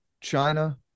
China